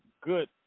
good